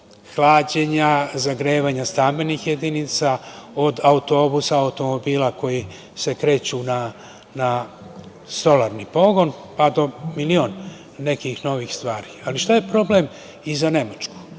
hlađenja, zagrevanja stambenih jedinica, od autobusa, automobila koji se kreću na solarni pogon, pa do milion nekih novih stvari. Šta je problem i za Nemačku?